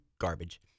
garbage